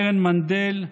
קרן מנדל,